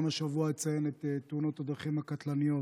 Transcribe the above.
גם הפעם אציין את תאונות הדרכים הקטלניות